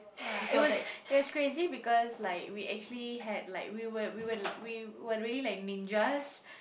ya it was it was crazy because like we actually had like we were we were we were really like ninjas